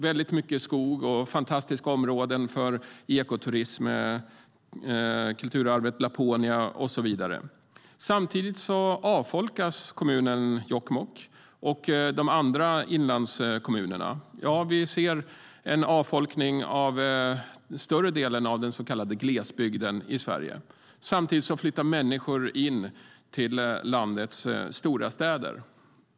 Där finns mycket skog, fantastiska områden för ekoturism, kulturarvet Laponia och så vidare. Samtidigt avfolkas kommunen Jokkmokk och de andra inlandskommunerna. Vi ser en avfolkning av större delen av den så kallade glesbygden i Sverige medan människor flyttar in i landets stora städer.